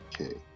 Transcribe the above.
Okay